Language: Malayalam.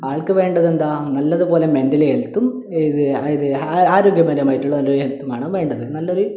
ആൾക്ക് വേണ്ടത് എന്താ നല്ലതുപോലെ മെൻ്റൽ ഹെൽത്തും ഇത് ആയത് ആരോഗ്യപരമായിട്ടുള്ള ഒരു ഹെൽത്തുമാണ് വേണ്ടത് നല്ലൊരു